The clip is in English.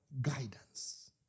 guidance